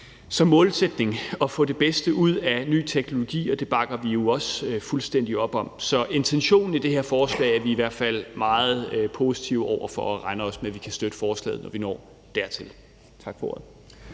som målsætning at få det bedste ud af ny teknologi, og det bakker vi jo også fuldstændig op om. Så intentionen i det her forslag er vi i hvert fald meget positive over for, og vi regner også med, at vi kan støtte forslaget, når vi når dertil. Tak for ordet.